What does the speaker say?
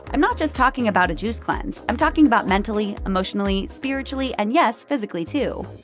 i'm not just talking about a juice cleanse, i'm talking about mentally, emotionally, spiritually, and yes, physically too.